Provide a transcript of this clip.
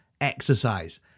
exercise